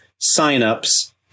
signups